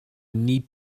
need